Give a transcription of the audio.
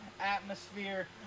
atmosphere